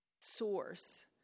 source